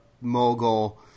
mogul